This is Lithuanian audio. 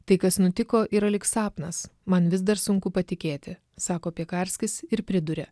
tai kas nutiko yra lyg sapnas man vis dar sunku patikėti sako piekarskis ir priduria